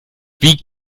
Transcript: wie